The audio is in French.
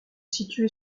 située